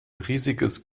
riesiges